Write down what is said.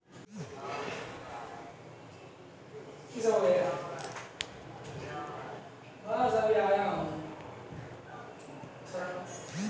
स्वायत्त धन निधि के सरकार अचल संपत्ति मे निवेश करैत अछि